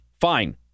fine